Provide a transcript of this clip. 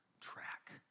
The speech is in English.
track